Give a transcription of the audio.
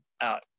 out